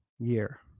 year